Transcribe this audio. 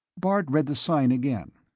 bart read the sign again.